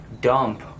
dump